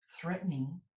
threatening